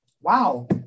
wow